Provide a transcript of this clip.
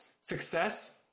success